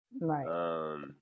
Right